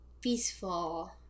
peaceful